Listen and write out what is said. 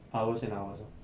hours and hours orh